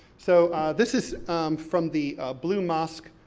so this is from the blue mosque,